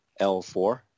L4